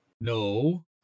No